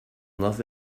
love